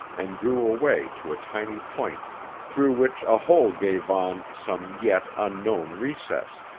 and drew away to a tiny point through which a hole gave on some yet unknown recess.